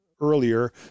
earlier